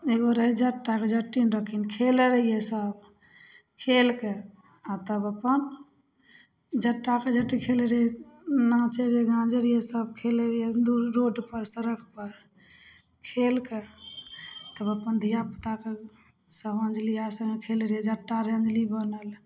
एगो रहै जटा आओर जटिन रहथिन खेलै रहिए सभ खेलिके आओर तब अपन जटाके जट खेलै रहिए नाचै रहिए गाँजै रहिए सभ खेलै रहिए दूर रोडपर सड़कपर खेलिके तब अपन धिआपुताके सब अञ्जलि आओरके सङ्गहि खेलै रहिए जटा रहै अञ्जलि बनल